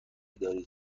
دارید